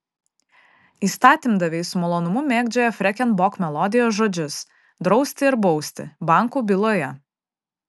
įstatymdaviai su malonumu mėgdžioja freken bok melodijos žodžius drausti ir bausti bankų byloje